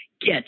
get